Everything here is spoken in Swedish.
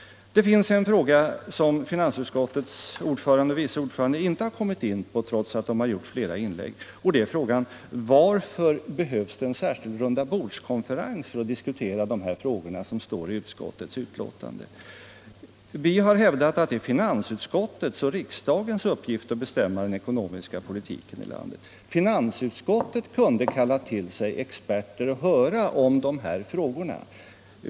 Det finns en fråga som finansutskottets ordförande och vice ordförande inte har kommit in på, trots att de har gjort flera inlägg, och det är: Varför behövs en särskild rundabordskonferens för att diskutera de problem som står upptagna i utskottets betänkande? Vi har hävdat att det är finansutskottets och riksdagens uppgift att bestämma den ekonomiska politiken i landet. Finansutskottet kunde kalla till sig och höra experter om de här frågorna.